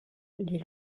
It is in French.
les